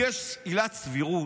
אני שואל: אם יש עילת סבירות,